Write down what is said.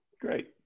Great